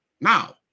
now